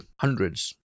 hundreds